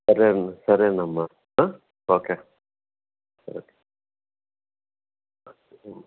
సరే అండి సరేనమ్మా ఓకే ఓకే